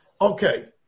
Okay